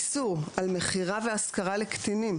איסור על מכירה והשכרה לקטינים,